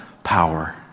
Power